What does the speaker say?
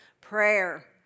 prayer